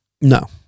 No